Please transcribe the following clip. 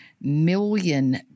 million